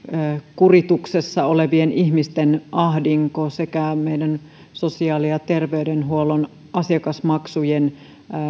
kurituksessa olevien ihmisten ahdinko sekä meidän sosiaali ja terveydenhuollon asiakasmaksujen